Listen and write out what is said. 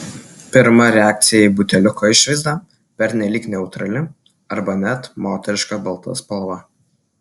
pirma reakcija į buteliuko išvaizdą pernelyg neutrali arba net moteriška balta spalva